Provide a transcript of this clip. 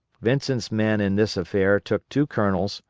vincent's men in this affair took two colonels,